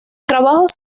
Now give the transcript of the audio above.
trabajos